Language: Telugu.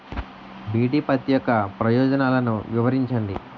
బి.టి పత్తి యొక్క ప్రయోజనాలను వివరించండి?